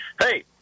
Hey